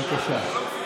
בבקשה.